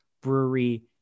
brewery